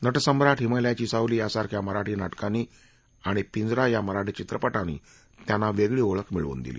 नटसम्राट हिमालयाची सावली यासारख्या मराठी नाटकांनी आणि पिंजरा या मराठी चित्रपटानं त्यांना ओळख मिळवून दिली